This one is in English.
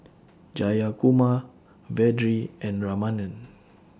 Jayakumar Vedre and Ramanand